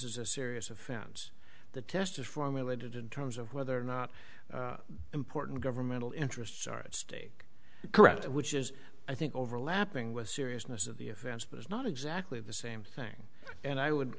is a serious offense the test is formulated in terms of whether or not important governmental interests are at stake correct which is i think overlapping with seriousness of the offense but it's not exactly the same thing and i would